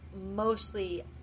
mostly